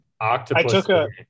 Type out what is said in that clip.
Octopus